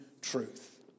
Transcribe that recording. truth